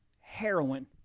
Heroin